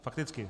Fakticky.